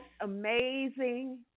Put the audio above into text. amazing